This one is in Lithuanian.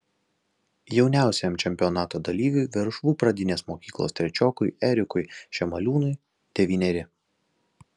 jauniausiajam čempionato dalyviui veršvų pradinės mokyklos trečiokui erikui šemaliūnui devyneri